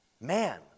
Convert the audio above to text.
man